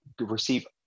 receive